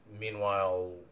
meanwhile